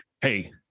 hey